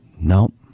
Nope